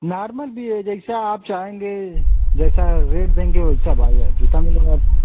normal भी है जैसा आप चाहेंगे जैसा रेट देंगे वैसा भाई जूता मिलेगा आपको